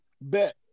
bet